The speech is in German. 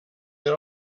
mehr